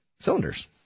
cylinders